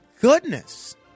goodness